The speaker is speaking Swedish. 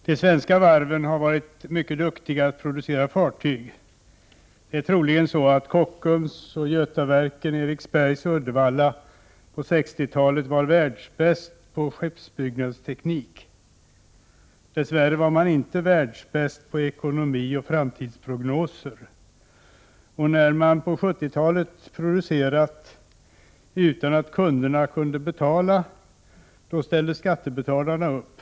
Herr talman! De svenska varven har varit mycket duktiga att producera fartyg. Troligen var Kockums, Götaverken, Eriksberg och Uddevalla på 60-talet världsbäst på skeppsbyggnadsteknik. Dess värre var man inte världsbäst på ekonomi och framtidsprognoser. När man på 70-talet producerade utan att kunderna kunde betala, ställde skattebetalarna upp.